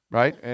right